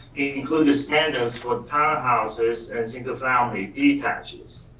include the standards for townhouses and single family detaches.